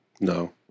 No